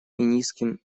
низким